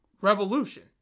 Revolution